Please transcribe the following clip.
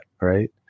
right